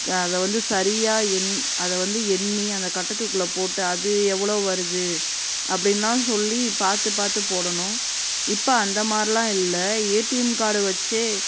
அதை வந்து சரியாக எண் அதை வந்து எண்ணி அந்த கட்டத்துக்குள்ள போட்டு அது எவ்வளோ வருது அப்படின்லாம் சொல்லி பார்த்து பார்த்து போடணும் இப்போ அந்தமாதிரிலாம் இல்லை ஏடிஎம் கார்டு வச்சே